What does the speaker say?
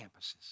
campuses